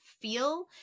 feel